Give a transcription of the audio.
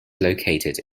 located